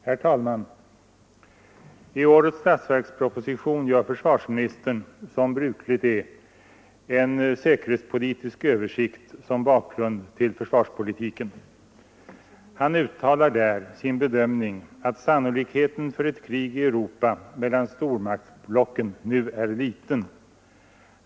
Herr talman! I årets statsverksproposition gör försvarsministern, som brukligt är, en säkerhetspolitisk översikt som bakgrund till försvarspolitiken. Han uttalar där sin bedömning, att sannolikheten för ett krig i Europa mellan stormaktsblocken nu är liten.